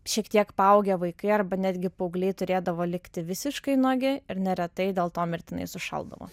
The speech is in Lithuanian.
šiek tiek paaugę vaikai arba netgi paaugliai turėdavo likti visiškai nuogi ir neretai dėl to mirtinai sušaldavo